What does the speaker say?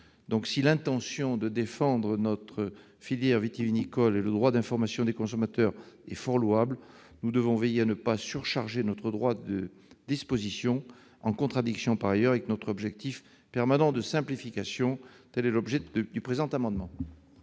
tous. Si l'intention de défendre notre filière vitivinicole et le droit d'information des consommateurs est fort louable, nous devons veiller à ne pas surcharger notre droit de diverses dispositions, en contradiction, par ailleurs, avec notre objectif permanent de simplification. Tel est l'objet du présent amendement.